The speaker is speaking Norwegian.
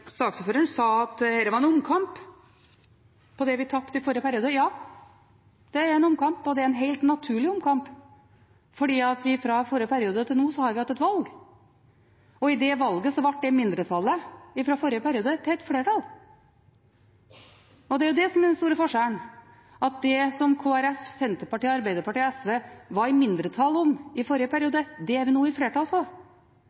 er en helt naturlig omkamp, for mellom forrige og denne perioden har vi hatt et valg, og i det valget ble mindretallet fra forrige periode til et flertall. Det er det som er den store forskjellen. Det som Kristelig Folkeparti, Senterpartiet, Arbeiderpartiet og SV var i mindretall om i forrige